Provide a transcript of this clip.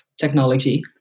technology